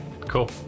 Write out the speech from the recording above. cool